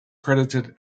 credited